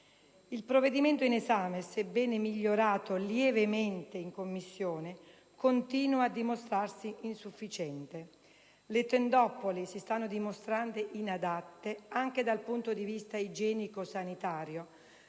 Il provvedimento in esame, sebbene migliorato lievemente in Commissione, continua a dimostrarsi insufficiente. Le tendopoli si stanno dimostrando inadatte anche dal punto di vista igienico-sanitario